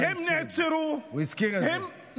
הם נעצרו, הוא הזכיר את זה, לא?